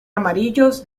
amarillos